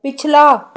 ਪਿਛਲਾ